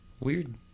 Weird